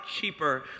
cheaper